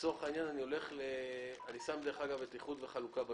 אני שם את איחוד וחלוקה בצד,